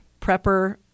prepper